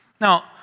Now